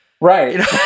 Right